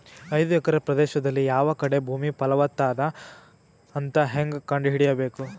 ಐದು ಎಕರೆ ಪ್ರದೇಶದಲ್ಲಿ ಯಾವ ಕಡೆ ಭೂಮಿ ಫಲವತ ಅದ ಅಂತ ಹೇಂಗ ಕಂಡ ಹಿಡಿಯಬೇಕು?